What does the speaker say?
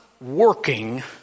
working